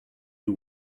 you